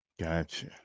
Gotcha